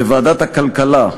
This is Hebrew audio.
בוועדת הכלכלה,